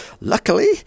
Luckily